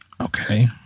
Okay